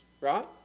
Right